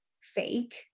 fake